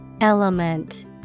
Element